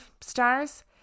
stars